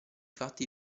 fatti